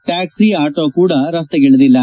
ಟ್ಕಾಕ್ಸಿ auto ಕೂಡ ರಸ್ತೆಗಿಳಿದಿಲ್ಲ